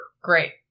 Great